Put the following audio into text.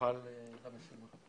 נוכל למשימה.